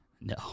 No